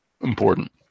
important